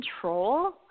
control